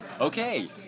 Okay